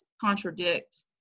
contradict